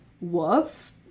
woof